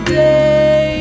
day